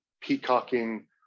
peacocking